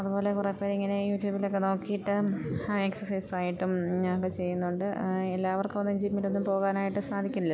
അതുപോലെ കുറേ പേര് ഇങ്ങനെ യൂട്യൂബിലൊക്കെ നോക്കിയിട്ട് ആ എക്സസൈസ് ആയിട്ടും ഒക്കെ ചെയ്യുന്നുണ്ട് എല്ലാവർക്കും ഒന്നും ജിമ്മിലൊന്നും പോകാനായിട്ട് സാധിക്കില്ലല്ലോ